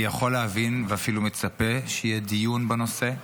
אני יכול להבין, ואפילו מצפה, שיהיה דיון בנושא.